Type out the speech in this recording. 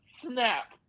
snap